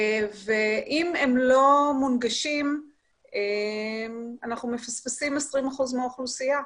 אם הם לא מונגשים אנחנו מפספסים 20% מהאוכלוסייה.